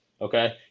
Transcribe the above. Okay